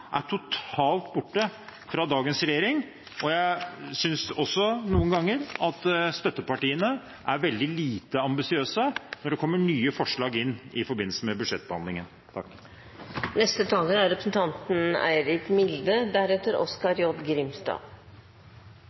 er totalt borte fra dagens regjering, og jeg synes også noen ganger at støttepartiene er veldig lite ambisiøse når det kommer nye forslag inn i forbindelse med budsjettbehandlingen. Jeg var i et tidligere innlegg inne på at generasjonsperspektivet er